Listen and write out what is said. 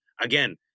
again